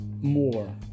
more